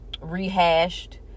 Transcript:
rehashed